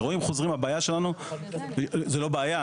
באירועים חוזרים זו לא בעיה.